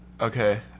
Okay